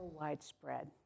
widespread